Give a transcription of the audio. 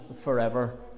forever